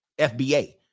FBA